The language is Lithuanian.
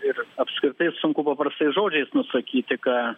ir apskritai sunku paprastais žodžiais nusakyti ką